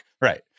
Right